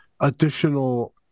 additional